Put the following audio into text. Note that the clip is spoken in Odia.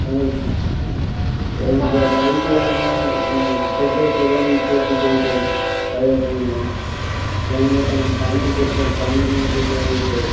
ଆଉ ଏବଂ ଗାଈ ଗାଈକି ଆମେ ପେଜ ତୋରାଣି ଇତ୍ୟାଦି ଦେଇଥାଉ ଖାଇବା ପାଇଁକିନା କାଇଁକିନା ତାଙ୍କୁ ପାଣି ଦରକାର ପାଣି ବି ମଧ୍ୟ ଦିଆଯାଇଥାଏ ତାଙ୍କୁ